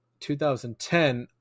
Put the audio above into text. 2010